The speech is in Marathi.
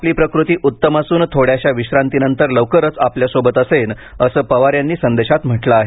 आपली प्रकृती उत्तम असून थोड्याशा विश्रांतीनंतर लवकरच आपल्यासोबत असेन असं अजित पवार यांनी संदेशात म्हटलं आहे